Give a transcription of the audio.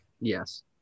Yes